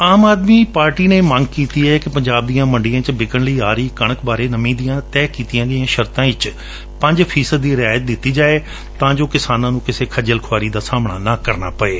ਆਮ ਆਦਮੀ ਪਾਰਟੀ ਨੇ ਮੰਗ ਕੀਤੀ ਹੈ ਕਿ ਪੰਜਾਬ ਦੀਆਂ ਮੰਡੀਆਂ ਵਿਚ ਵਿਕਣ ਲਈ ਆ ਰਹੀ ਕਣਕ ਉਪਰ ਨਮੀਂ ਦੀਆਂ ਤੈਅ ਕੀਤੀਆਂ ਗਈਆਂ ਸ਼ਰਤਾਂ ਉਪਰ ਪੰਜ ਫ਼ੀਸਦ ਦੀ ਰਿਆਇਤ ਦਿੱਤੀ ਜਾਵੇ ਤਾਂ ਜੋ ਕਿਸਾਨਾਂ ਨੂੰ ਕਿਸੇ ਖਜੱਲ ਖੁਆਰੀ ਦਾ ਸਾਹਮਣਾ ਨਾ ਕਰਨਾ ਪਵੇ